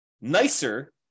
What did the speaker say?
nicer